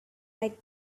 back